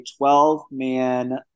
12-man